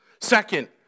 Second